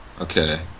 Okay